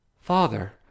Father